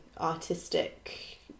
artistic